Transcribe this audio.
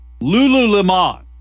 Lululemon